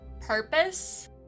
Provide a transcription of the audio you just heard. purpose